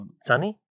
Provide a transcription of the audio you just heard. Sunny